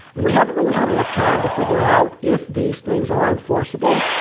and we haven't really had enough time to figure out if these things are enforceable.